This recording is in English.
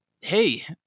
Hey